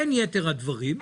בין יתר הדברים,